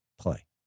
play